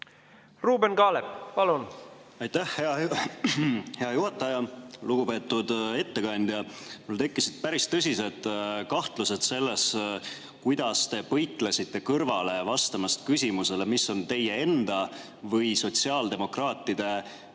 Ruuben Kaalep, palun! Aitäh, hea juhataja! Lugupeetud ettekandja! Mul tekkisid päris tõsised kahtlused selle peale, kuidas te põiklesite kõrvale vastamast küsimusele, mis on teie enda või sotsiaaldemokraatide